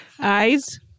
Eyes